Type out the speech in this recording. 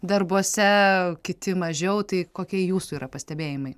darbuose kiti mažiau tai kokie jūsų yra pastebėjimai